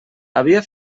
havia